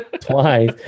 Twice